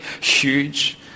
huge